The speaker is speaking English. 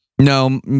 No